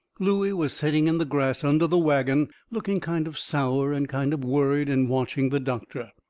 looey was setting in the grass under the wagon looking kind of sour and kind of worried and watching the doctor.